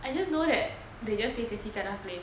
I just know that they just see jie qi kena flame